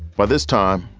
by this time,